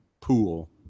pool